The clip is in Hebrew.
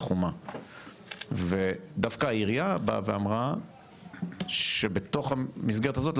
חומה ודווקא העירייה באה ואמרה שבתוך המסגרת הזאת,